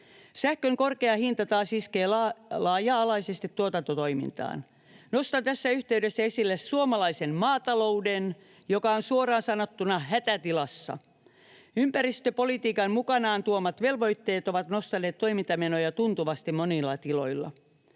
Sähkön korkea hinta taas iskee laaja-alaisesti tuotantotoimintaan. Nostan tässä yhteydessä esille suomalaisen maatalouden, joka on suoraan sanottuna hätätilassa. Ympäristöpolitiikan mukanaan tuomat velvoitteet ovat nostaneet toimintamenoja tuntuvasti monilla tiloilla.